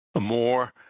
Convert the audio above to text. more